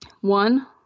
one